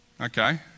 Okay